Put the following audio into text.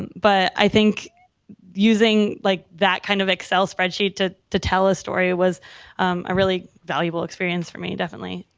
but i think using like that kind of excel spreadsheet to to tell a story, it was a really valuable experience for me, definitely.